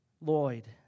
Lloyd